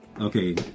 Okay